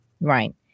Right